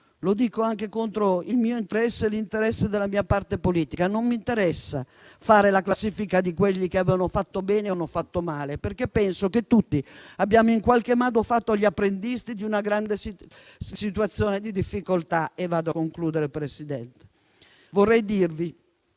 lo dico anche contro il mio interesse e contro l'interesse della mia parte politica. Non mi interessa fare la classifica di quelli che hanno fatto bene o hanno fatto male, perché penso che tutti abbiamo in qualche modo fatto gli apprendisti di una situazione di grande difficoltà. In conclusione, signor Presidente, vorrei dire